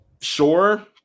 sure